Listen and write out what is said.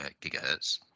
gigahertz